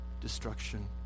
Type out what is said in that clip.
destruction